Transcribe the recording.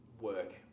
work